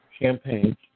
champagne